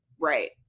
right